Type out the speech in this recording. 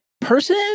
person